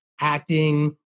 acting